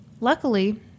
Luckily